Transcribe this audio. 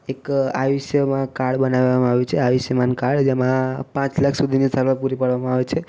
એક આયુષ્યમા કાર્ડ બનાવામાં આવ્યું છે આયુષ્યમાન કાર્ડ જેમાં પાંચ લાખ સુધીની સારવાર પૂરી પાડવામાં આવે છે